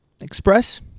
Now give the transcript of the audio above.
Express